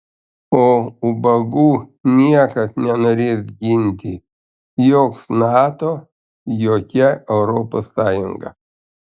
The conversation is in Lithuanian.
o ubagų niekas nenorės ginti joks nato jokia europos sąjunga